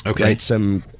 Okay